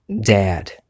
dad